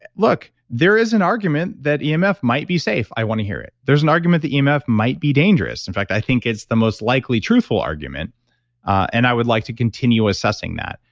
look, there is an argument that emf might be safe. i want to hear it. there's an argument that emf might be dangerous. in fact, i think it's the most likely truthful argument and i would like to continue assessing that.